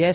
S